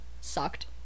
sucked